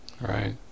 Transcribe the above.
Right